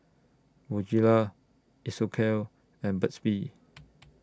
Bonjela Isocal and Burt's Bee